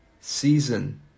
season